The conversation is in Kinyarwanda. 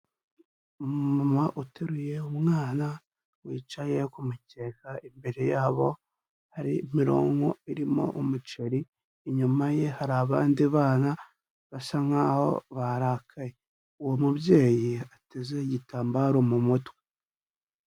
Umama uteruye umwana wicaye ku mukeka imbere yabo hari mironko irimo umuceri, inyuma ye hari abandi bana basa nk'aho barakaye, uwo mubyeyi ateze igitambaro mu mutwe.